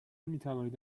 میتوانید